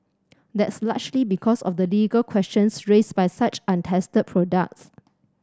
that's largely because of the legal questions raised by such untested products